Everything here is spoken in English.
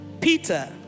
Peter